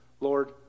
Lord